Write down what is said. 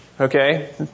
Okay